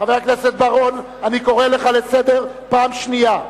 חבר הכנסת בר-און, אני קורא לך לסדר פעם שנייה.